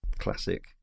classic